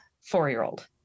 four-year-old